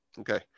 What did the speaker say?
Okay